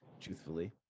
truthfully